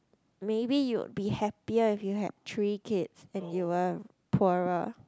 maybe you'd be happier if you had three kids and you were poorer